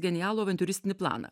genialų avantiūristinį planą